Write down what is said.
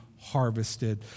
harvested